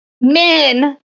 men